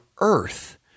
earth